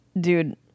Dude